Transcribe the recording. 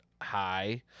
hi